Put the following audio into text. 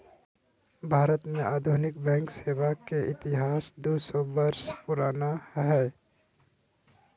भारत में आधुनिक बैंक सेवा के इतिहास दू सौ वर्ष पुराना हइ